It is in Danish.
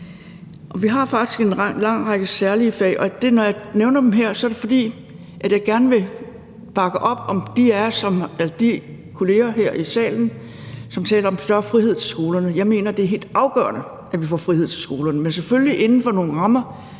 række særlige fag, og når jeg nævner dem her, er det, fordi jeg gerne vil bakke op om de kolleger her i salen, som taler om en større frihed til skolerne. Jeg mener, det er helt afgørende, at vi får frihed til skolerne, men selvfølgelig inden for nogle rammer,